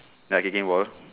ya kicking ball